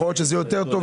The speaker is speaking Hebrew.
אולי זה יותר טוב,